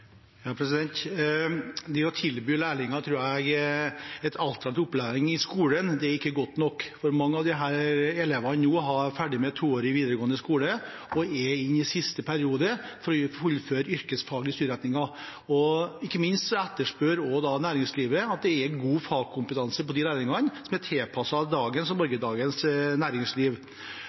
å tilby lærlinger alternativ opplæring i skolen ikke er godt nok, for mange av disse elevene er nå ferdig med toårig videregående skole og er inne i siste periode med å fullføre yrkesfaglige studieretninger. Ikke minst etterspør næringslivet at lærlingene har god fagkompetanse som er tilpasset dagens og morgendagens næringsliv. Det at fylkeskommunene skal tilrettelegge et utvidet tilbud per område, midt oppe i den smittevernsituasjonen som vi er